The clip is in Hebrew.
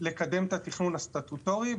לקדם את התכנון הסטטוטורי,